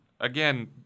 again